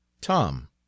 Tom